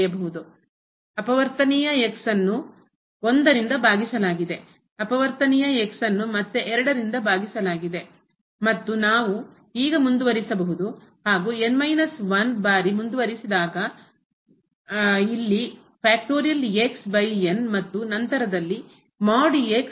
ಅಪವರ್ತನೀಯ ಅನ್ನು 1 ರಿಂದ ಭಾಗಿಸಲಾಗಿದೆ ಅಪವರ್ತನೀಯ ಅನ್ನು ಮತ್ತೆ 2 ರಿಂದ ಭಾಗಿಸಲಾಗಿದೆ ಮತ್ತು ನಾವು ಈಗ ಮುಂದುವರಿಸಬಹುದು ಹಾಗೂ ಬಾರಿ ಮುಂದುವವರಿಸಿದಾಗ ಇಲ್ಲಿ ಮತ್ತು ನಂತರದಲ್ಲಿ ಕಾಣಿಸಿಕೊಳ್ಳುತ್ತದೆ